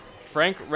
Frank